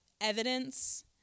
evidence